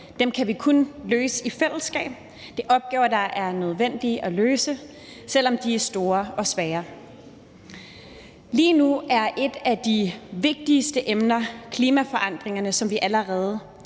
i, kan vi kun løse i fællesskab. Det er opgaver, der er nødvendige at løse, selv om de er store og svære. Lige nu er et af de vigtigste emner klimaforandringerne, som vi allerede